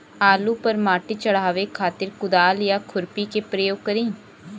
आलू पर माटी चढ़ावे खातिर कुदाल या खुरपी के प्रयोग करी?